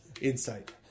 insight